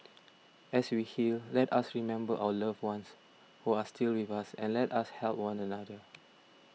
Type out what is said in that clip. as we heal let us remember our loved ones who are still with us and let us help one another